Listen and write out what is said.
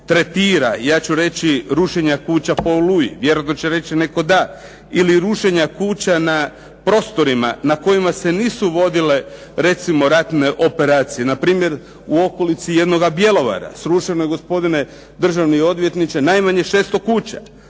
tretira, ja ću reći, rušenja kuća po "Oluji"? Vjerojatno će reći netko da, ili rušenja kuća na prostorima na kojima se nisu vodile ratne operacije. Npr. u okolici jednoga Bjelovara srušeno je gospodine državni odvjetniče najmanje 600 kuća.